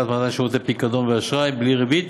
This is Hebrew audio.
מתן שירותי פיקדון ואשראי בלי ריבית